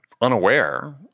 unaware